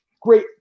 Great